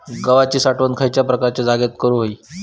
गव्हाची साठवण खयल्या प्रकारच्या जागेत करू होई?